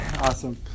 awesome